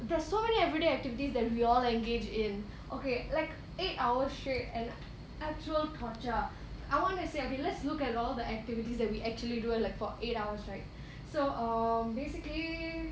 there are so many everyday activities that we all engage in okay like eight hours straight and actual torture I want to say okay let's look at all the activities that we actually do like for eight hours right so um basically